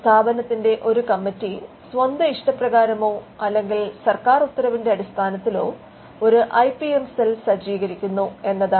സ്ഥാപനത്തിന്റെ ഒരു കമ്മിറ്റി സ്വന്ത ഇഷ്ടപ്രകാരമോ അല്ലെങ്കിൽ സർക്കാർ ഉത്തരവിന്റെ അടിസ്ഥാനത്തിലോ ഒരു ഐ പി എം സെൽ സജ്ജീകരിക്കുന്നു എന്നതാണ്